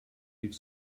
rief